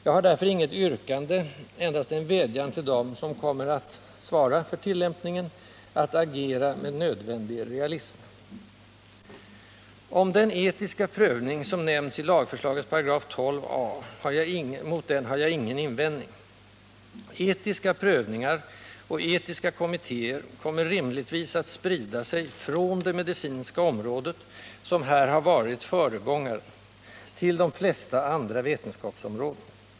Jag har därför inget yrkande utan endast en vädjan till dem som kommer att svara för tillämpningen att agera med all nödvändig realism. Mot den etiska prövning som nämns i 12 a § i lagförslaget har jag ingen principiell invändning. Etiska prövningar och etiska kommittéer kommer rimligtvis att spridas från det medicinska området — där man har varit föregångare — till de flesta andra vetenskapsområden.